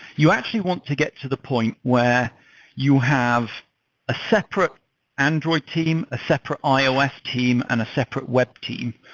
you actually want to get to the point where you have a separate android team, a separate ios team, and a separate web team,